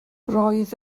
roedd